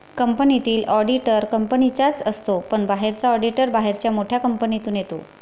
कंपनीतील ऑडिटर कंपनीचाच असतो पण बाहेरचा ऑडिटर बाहेरच्या मोठ्या कंपनीतून येतो